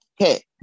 Okay